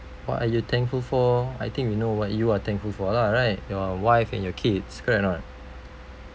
what are you thankful for I think we know what you are thankful for lah right your wife and your kids correct or not